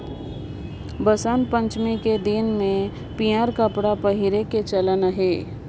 बसंत पंचमी के दिन में पीयंर कपड़ा पहिरे के चलन अहे